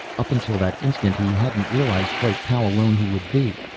up until that instant he hadn't realized quite how alone he would be.